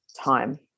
time